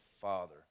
Father